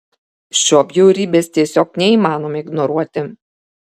šio bjaurybės tiesiog neįmanoma ignoruoti